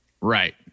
Right